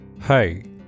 Hi